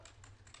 והכלכלה.